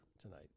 tonight